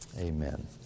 amen